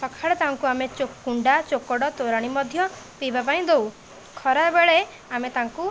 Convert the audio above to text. ସକାଳେ ତାଙ୍କୁ ଆମେ କୁଣ୍ଡା ଚୋକଡ଼ ତୋରାଣି ମଧ୍ୟ ପିଇବା ପାଇଁ ଦେଉ ଖରାବେଳେ ଆମେ ତାଙ୍କୁ